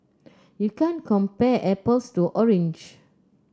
you can't compare apples to orange